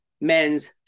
men's